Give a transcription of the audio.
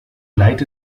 leid